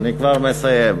אני כבר מסיים,